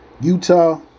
Utah